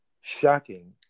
shocking